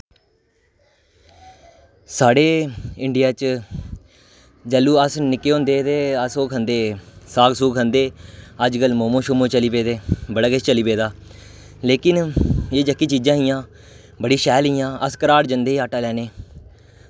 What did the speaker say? साढ़े इंडिया च जैलूं अस निक्के होंदे हे ते अस ओह् खंदे हे साग सुग खंदे हे अजकल्ल मोमो शोमो चली पेदे बड़ा किश चली पेदा लेकिन एह् जेह्की चीजां हियां बड़ी शैल हियां अस घराट जंदे हे आटा लैने ई